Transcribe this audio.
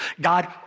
God